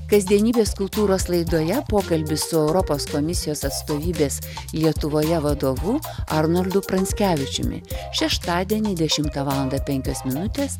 kasdienybės kultūros laidoje pokalbis su europos komisijos atstovybės lietuvoje vadovu arnoldu pranckevičiumi šeštadienį dešimtą valandą penkios minutės